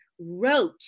wrote